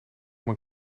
mijn